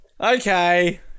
Okay